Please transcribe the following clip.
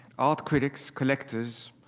art critics, collectors,